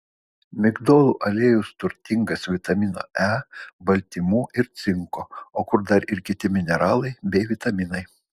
migdolų aliejus turtingas vitamino e baltymų ir cinko o kur dar ir kiti mineralai bei vitaminai